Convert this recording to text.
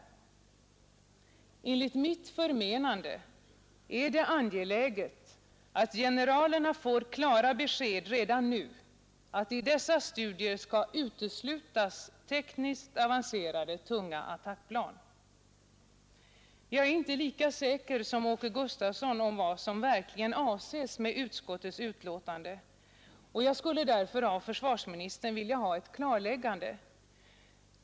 Enligt mitt förmenande är det angeläget att generalerna får klara besked redan nu att i dessa studier skall uteslutas tekniskt avancerade tunga attackplan. Jag är inte lika säker som Åke Gustavsson på vad som verkligen avses i utskottets betänkande, och jag skulle därför av försvarsministern vilja ha ett klarläggande.